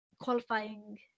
qualifying